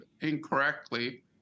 incorrectly